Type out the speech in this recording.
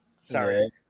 Sorry